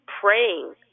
praying